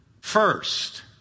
First